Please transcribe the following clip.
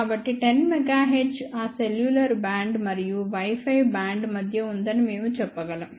కాబట్టి 10 MHz ఆ cellular band మరియు Wi Fi బ్యాండ్ మధ్య ఉందని మేము చెప్పగలం